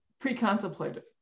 pre-contemplative